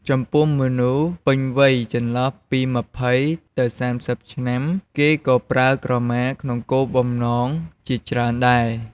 ចំពោះមនុស្សពេញវ័យចន្លោះពី២០ទៅ៣០ឆ្នាំ គេក៏ប្រើក្រមាក្នុងគោលបំណងជាច្រើនដែរ។